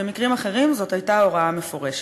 במקרים אחרים זאת הייתה הוראה מפורשת.